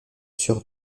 sur